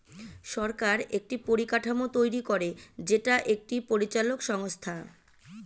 সরকার একটি পরিকাঠামো তৈরী করে যেটা একটি পরিচালক সংস্থা